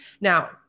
Now